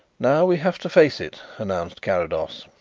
now we have to face it, announced carrados.